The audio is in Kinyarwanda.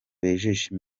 bejeje